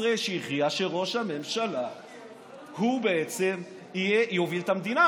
ישראל שהכריע שראש הממשלה בעצם יוביל את המדינה.